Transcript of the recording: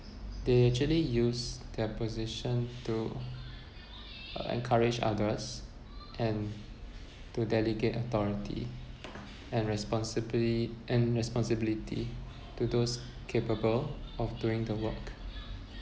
they actually use their position to encourage others and to delegate authority and responsibly and responsibility to those capable of doing the work